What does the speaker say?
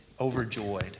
overjoyed